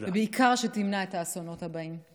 ובעיקר שתמנע את האסונות הבאים.